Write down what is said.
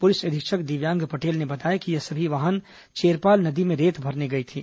police अधीक्षक दिव्यांग पटेल ने बताया कि ये सभी वाहन चेरपाल नदी में रेत भरने गई थी